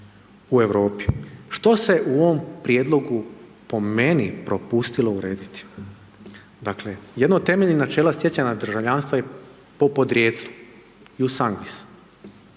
u Europi. Što se u ovom prijedlogu po meni propustilo urediti? Dakle jedno od temeljnih načela stjecanja državljanstva je po podrijetlu .../Govornik